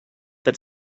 that